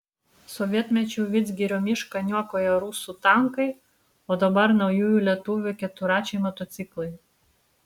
sovietmečiu vidzgirio mišką niokojo rusų tankai o dabar naujųjų lietuvių keturračiai motociklai